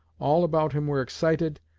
all about him were excited,